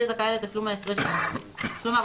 יהיה זכאי לתשלום ההפרש ביניהם." כלומר,